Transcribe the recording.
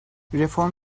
reform